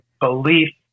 belief